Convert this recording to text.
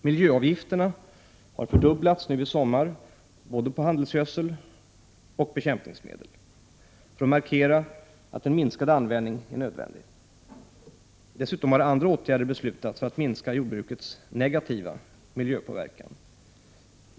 Miljöavgifterna har fördubblats nu i sommar, både på handelsgödsel och på bekämpningsmedel, för att markera att en minskad användning är nödvändig. Dessutom har andra åtgärder beslutats för att minska jordbrukets negativa miljöpåverkan.